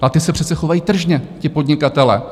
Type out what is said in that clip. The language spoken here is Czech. A ti se přece chovají tržně, ti podnikatelé.